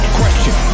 question